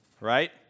right